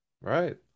Right